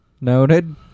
Noted